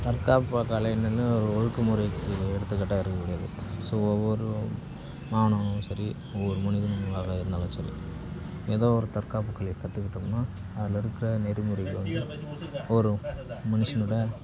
தற்காப்பு கலைங்கன்னு ஒரு ஒழுங்கு முறைக்கு எடுத்துக்கட்டாக இருக்கிறது ஸோ ஒவ்வொரு மாணவனும் சரி ஒவ்வொரு மனிதனுங்களாக இருந்தாலும் சரி ஏதோ ஒரு தற்காப்புக் கலையை கற்றுக்கிட்டோம்னா அதில் இருக்கிற நெறிமுறைகள் ஒரு மனுஷனோடய